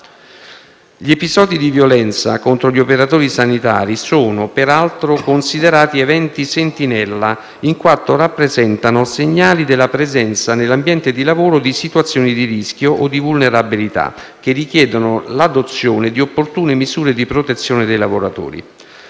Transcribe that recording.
Gli episodi di violenza contro gli operatori sanitari sono peraltro considerati eventi sentinella, in quanto rappresentano segnali della presenza nell'ambiente di lavoro di situazioni di rischio o di vulnerabilità, che richiedono l'adozione di opportune misure di protezione dei lavoratori.